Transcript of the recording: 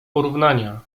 porównania